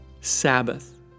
Sabbath